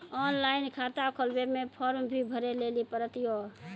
Online खाता खोलवे मे फोर्म भी भरे लेली पड़त यो?